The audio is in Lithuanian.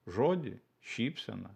žodį šypseną